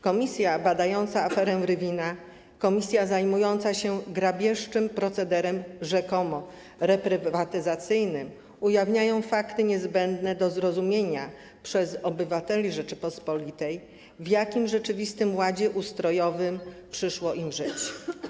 Komisja badająca aferę Rywina, komisja zajmująca się grabieżczym procederem rzekomo reprywatyzacyjnym ujawniają fakty niezbędne do zrozumienia przez obywateli Rzeczypospolitej, w jakim rzeczywistym ładzie ustrojowym przyszło im żyć.